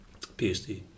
PhD